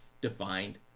defined